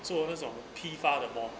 做那种 FIFA 的 ball